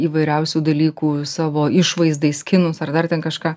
įvairiausių dalykų savo išvaizdai skinus ar dar ten kažką